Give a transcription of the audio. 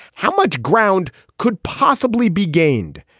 how much ground could possibly be gained?